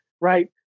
right